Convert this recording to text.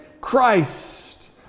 Christ